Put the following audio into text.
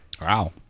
Wow